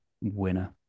winner